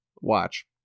watch